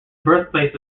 birthplace